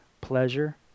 pleasure